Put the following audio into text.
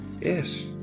Yes